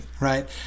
right